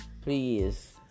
Please